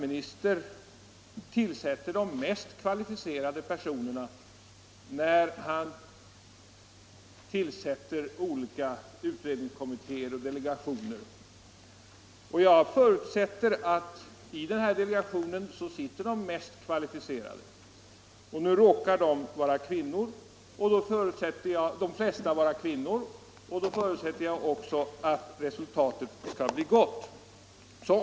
den s.k. lilla mest kvalificerade personerna, när han tillsätter olika utredningskom = jämställdhetsdelemittéer och delegationer. Likaså förutsätter jag att i denna delegation = gationens sammansitter de som är mest kvalificerade. Och nu råkar de flesta vara kvinnor. — sättning Jag utgår då också ifrån att resultatet skall bli gott.